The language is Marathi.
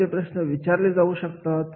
कोणते प्रश्न विचारले जाऊ शकतात